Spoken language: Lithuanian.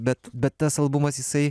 bet bet tas albumas jisai